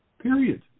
Period